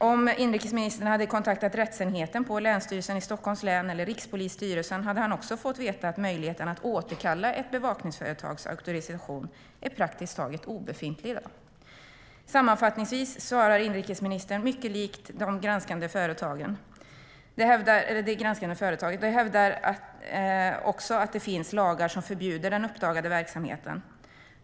Om inrikesministern hade kontaktat rättsenheten på Länsstyrelsen i Stockholms län eller Rikspolisstyrelsen hade han också fått veta att möjligheten att återkalla ett bevakningsföretags auktorisation är praktiskt taget obefintlig i dag. Sammanfattningsvis svarar inrikesministern mycket likt det granskande företaget, som också hävdar att det finns lagar som förbjuder den uppdagade verksamheten.